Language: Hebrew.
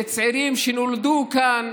לצעירים שנולדו כאן